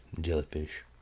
jellyfish